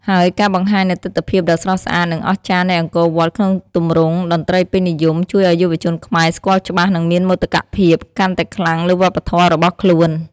ហើយការបង្ហាញនូវទិដ្ឋភាពដ៏ស្រស់ស្អាត និងអស្ចារ្យនៃអង្គរវត្តក្នុងទម្រង់តន្ត្រីពេញនិយម ជួយឲ្យយុវជនខ្មែរស្គាល់ច្បាស់ និងមានមោទកភាពកាន់តែខ្លាំងលើវប្បធម៌របស់ខ្លួន។